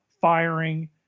firing